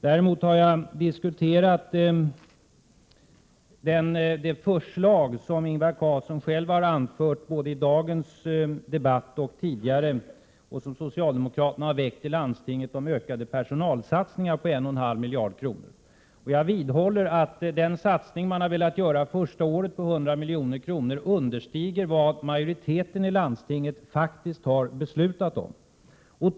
Däremot har jag diskuterat det förslag som Ingvar Carlsson själv har anfört både i dagens debatt och tidigare och som socialdemokraterna har väckt i landstinget om ökade personalsatsningar på 1,5 miljarder kronor. Jag vidhåller att den satsning på 100 milj.kr. första året man har velat göra understiger vad majoriteten i landstinget faktiskt har beslutat om.